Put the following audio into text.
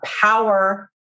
power